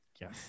Yes